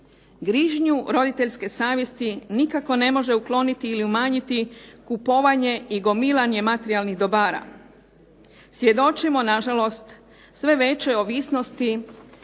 Grižnju roditeljske savjesti nikako ne može ukloniti ili umanjiti kupovanje i gomilanje materijalnih dobara. Svjedočimo nažalost sve većoj ovisnosti